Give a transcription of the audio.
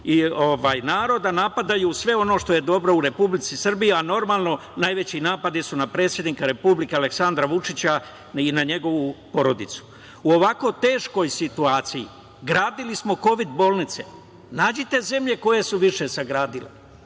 narod, a napadaju sve ono što je dobro u Republici Srbiji, a normalno najveći napad je na predsednika Republike, Aleksandra Vučića i na njegovu porodicu.U ovako teškoj situaciji gradili smo kovid bolnice. Nađite zemlje koje su više sagradile.